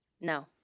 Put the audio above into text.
No